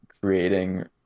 creating